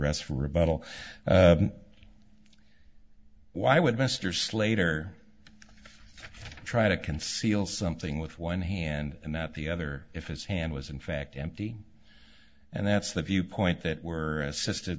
rest for rebuttal why would mr slater try to conceal something with one hand and not the other if his hand was in fact empty and that's the viewpoint that were assisted